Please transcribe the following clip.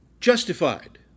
justified